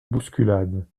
bousculade